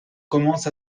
commencent